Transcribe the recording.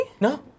no